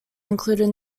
included